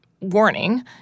warning